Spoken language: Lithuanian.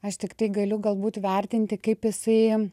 aš tiktai galiu galbūt vertinti kaip jisai